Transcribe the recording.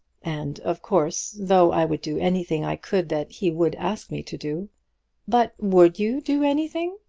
and, of course, though i would do anything i could that he would ask me to do but would you do anything?